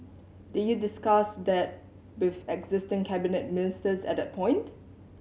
did you discuss that with existing cabinet ministers at that point